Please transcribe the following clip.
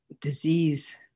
disease